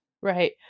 Right